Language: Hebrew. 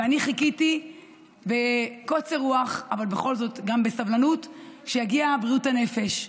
ואני חיכיתי בקוצר רוח אבל בכל זאת גם בסבלנות שיגיע תחום בריאות הנפש.